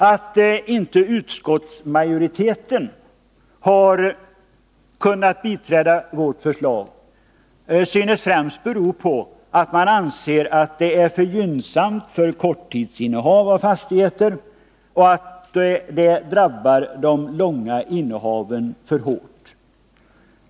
Att utskottsmajoriteten inte kunnat biträda vårt förslag synes främst bero på att man anser att det är för gynnsamt för korttidsinnehav av fastigheter och att det drabbar de långa innehaven för hårt.